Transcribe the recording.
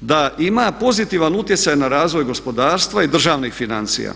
da ima pozitivan utjecaj na razvoj gospodarstva i državnih financija.